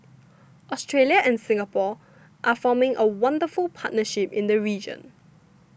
Australia and Singapore are forming a wonderful partnership in the region